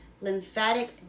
lymphatic